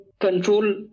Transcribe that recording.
control